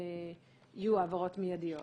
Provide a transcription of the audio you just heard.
אבל אין מיידי.